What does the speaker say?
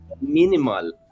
minimal